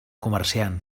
comerciant